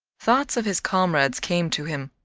thoughts of his comrades came to him.